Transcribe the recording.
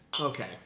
Okay